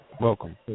Welcome